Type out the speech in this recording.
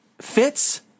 fits